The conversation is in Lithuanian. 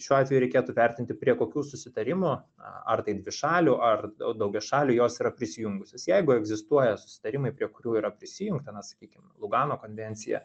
šiuo atveju reikėtų vertinti prie kokių susitarimų ar tai dvišalių ar daugiašalių jos yra prisijungusios jeigu egzistuoja susitarimai prie kurių yra prisijungta na sakykim lugano konvencija